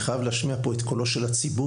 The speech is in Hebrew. אבל אני חייב להשמיע פה את קולו של הציבור,